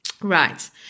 Right